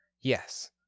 yes